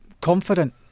confident